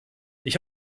ich